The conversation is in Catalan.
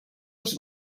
els